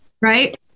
Right